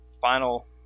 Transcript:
final